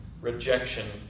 rejection